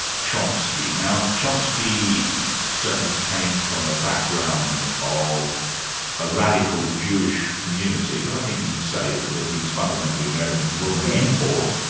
chomsky. now chomsky certainly came from a background of a radical jewish community, but i think you'd say that he was fundamentally american, he wasn't an import.